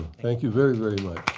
thank you very, very like